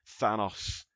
Thanos